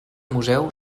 museu